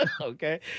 Okay